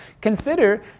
Consider